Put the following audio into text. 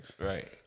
Right